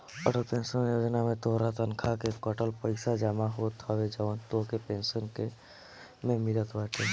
Atal pension योजना में तोहरे तनखा से कटल पईसा जमा होत हवे जवन तोहके पेंशन में मिलत बाटे